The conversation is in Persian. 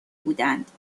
بودند